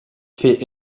fait